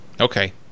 Okay